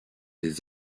des